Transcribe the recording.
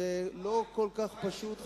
חבר הכנסת פינס, זה לא כל כך פשוט.